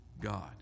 God